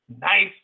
nice